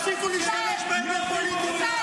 הם יושבים בחוץ.